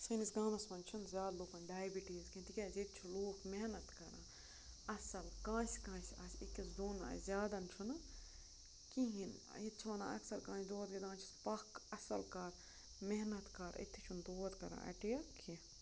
سٲنِس گامَس منٛز چھِنہٕ زیادٕ لُکَن ڈایبِٹیٖز کینٛہہ تِکیازِ ییٚتہِ چھِ لوٗکھ محنت کَران اَصٕل کٲنٛسہِ کٲنٛسہِ آسہِ أکِس دۄن آسہِ زیادَن چھُنہٕ کِہیٖنۍ ییٚتہِ چھِ وَنان اَکثر کٲنٛسہِ دود پَکھ اَصٕل کر محنت کَر أتھی چھُنہٕ دود کَران اَٹیک کیٚنٛہہ